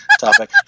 topic